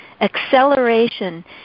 acceleration